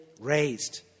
raised